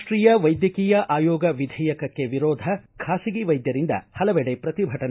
ರಾಷ್ಟೀಯ ವೈದ್ಯಕೀಯ ಆಯೋಗ ವಿಧೇಯಕಕ್ಕೆ ವಿರೋಧ ಖಾಸಗಿ ವೈದ್ಯರಿಂದ ಹಲವೆಡೆ ಪ್ರತಿಭಟನೆ